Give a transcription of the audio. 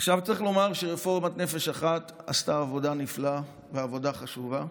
עכשיו צריך לומר שרפורמת נפש אחת עשתה עבודה נפלאה ועבודה חשובה.